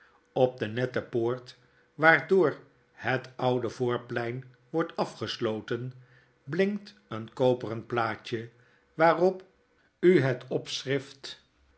op de nette poort waardeor het oude voorplein wordt afgesloten blinkt een koperen plaatje waarop u het